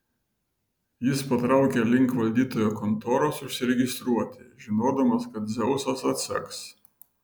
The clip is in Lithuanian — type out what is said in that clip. jis patraukė link valdytojo kontoros užsiregistruoti žinodamas kad dzeusas atseks